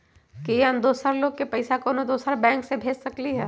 कि हम दोसर लोग के पइसा कोनो दोसर बैंक से भेज सकली ह?